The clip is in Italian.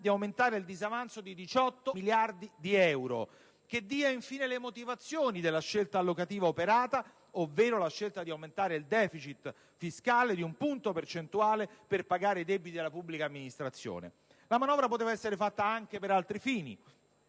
di aumentare il disavanzo di 18 miliardi di euro. Chiediamo, infine, che dia le motivazioni della scelta allocativa operata, ovvero la scelta di aumentare il *deficit* fiscale di un punto percentuale per pagare i debiti della pubblica amministrazione. La manovra poteva essere fatta anche per altri fini,